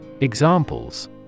Examples